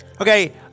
Okay